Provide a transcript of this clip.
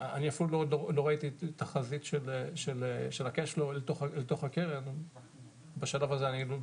אני אפילו לא ראיתי תחזית של ה-cash flow לתוך הקרן בשלב הזה.